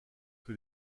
que